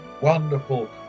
wonderful